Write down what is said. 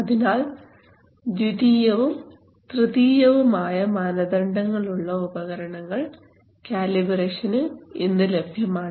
അതിനാൽ ദ്വിതീയവും തൃതീയവും ആയ മാനദണ്ഡങ്ങൾ ഉള്ള ഉപകരണങ്ങൾ കാലിബ്രേഷനു ഇന്ന് ലഭ്യമാണ്